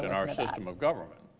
and our system of government.